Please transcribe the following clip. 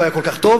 לא היה כל כך טוב,